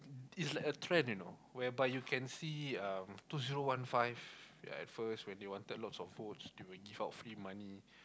it's like a trend you know whereby you can see um two zero one five where at first when they wanted lots of votes they would give out free money